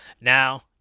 Now